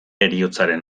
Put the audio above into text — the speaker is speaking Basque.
heriotzaren